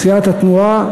סיעת התנועה,